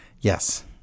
Yes